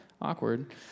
awkward